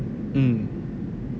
mm